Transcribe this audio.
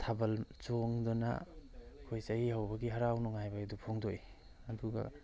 ꯊꯥꯕꯜ ꯆꯣꯡꯗꯨꯅ ꯑꯩꯈꯣꯏ ꯆꯍꯤ ꯍꯧꯕꯒꯤ ꯍꯔꯥꯎ ꯅꯨꯡꯉꯥꯏꯕ ꯍꯥꯏꯗꯣ ꯐꯣꯡꯗꯣꯛꯏ ꯑꯗꯨꯒ